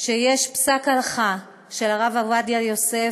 שיש פסק הלכה של הרב עובדיה יוסף,